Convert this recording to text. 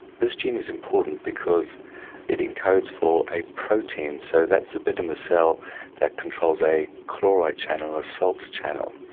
this gene is important because it encodes for a protein, so that's the bit in the cell that controls a chloride channel or a salt channel.